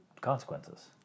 consequences